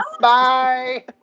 Bye